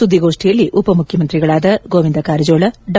ಸುದ್ದಿಗೋಷ್ಠಿಯಲ್ಲಿ ಉಪಮುಖ್ಯಮಂತ್ರಿಗಳಾದ ಗೋವಿಂದ ಕಾರಜೋಳ ಡಾ